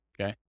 okay